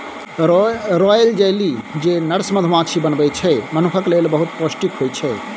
royal jelly जे nurse मधुमाछी बनबै छै मनुखक लेल बहुत पौष्टिक होइ छै